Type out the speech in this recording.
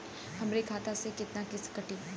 हमरे खाता से कितना किस्त कटी?